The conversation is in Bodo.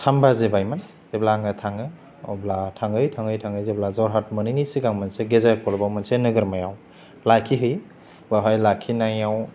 थाम बाजिबायमोन जेब्ला आङो थाङो अब्ला थाङै थाङै जेब्ला जरहात मोनैनि सिगां मोनसे गेजेर खल'बाव मोनसे नोगोरमायाव लाखिहैयो बावहाय लाखिनायाव